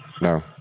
No